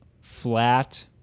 flat